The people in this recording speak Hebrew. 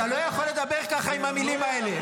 אתה לא יכול לדבר ככה, עם המילים האלה.